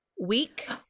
week